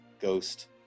ghost